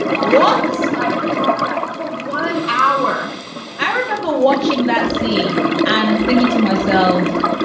ah what's my guy? for one hour i remember watching that scene and thinking to myself